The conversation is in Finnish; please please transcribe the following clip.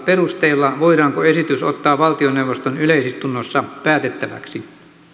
perusteilla voidaanko esitys ottaa valtioneuvoston yleis istunnossa päätettäväksi